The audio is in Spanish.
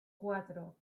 cuatro